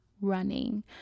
running